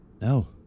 No